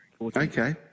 Okay